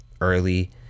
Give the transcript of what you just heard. early